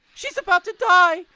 she's about to die.